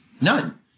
None